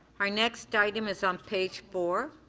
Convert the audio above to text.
our next item is on page four